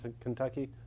Kentucky